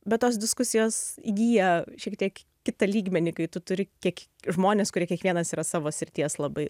bet tos diskusijos įgyja šiek tiek kitą lygmenį kai tu turi kiek žmonės kurie kiekvienas yra savo srities labai